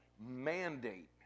mandate